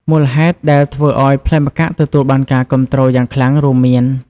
មូលហេតុដែលធ្វើឲ្យផ្លែម្កាក់ទទួលបានការគាំទ្រយ៉ាងខ្លាំងរួមមាន